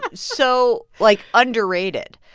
ah so, like, underrated.